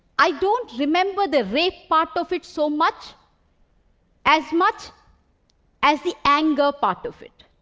i don't remember the rape part of it so much as much as the anger part of it.